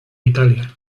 italia